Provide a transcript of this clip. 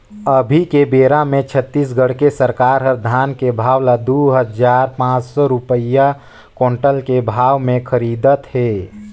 अभी के बेरा मे छत्तीसगढ़ के सरकार हर धान के भाव ल दू हजार पाँच सौ रूपिया कोंटल के भाव मे खरीदत हे